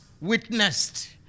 witnessed